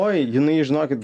oi jinai žinokit